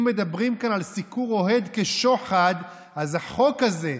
אם מדברים כאן על סיקור אוהד כשוחד אז החוק הזה,